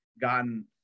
gotten